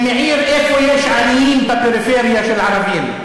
שמעיר: איפה יש עניים בפריפריה של ערבים?